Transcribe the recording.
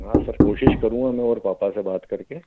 हाँ सर कोशिश करूँगा मैं और पापा से बात करके